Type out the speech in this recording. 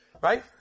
Right